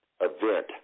event